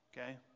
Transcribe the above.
Okay